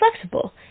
flexible